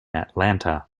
atlanta